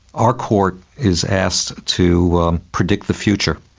our court is asked to predict the future,